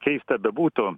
keista bebūtų